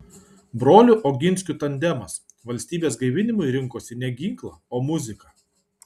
brolių oginskių tandemas valstybės gaivinimui rinkosi ne ginklą o muziką